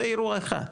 זה אירוע אחד.